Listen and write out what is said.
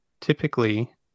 typically